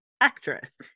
actress